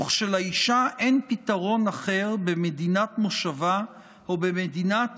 וכשלאישה אין פתרון אחר במדינת מושבה או במדינת